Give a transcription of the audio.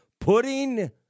putting